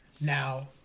Now